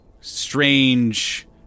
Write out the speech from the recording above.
strange